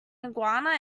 iguana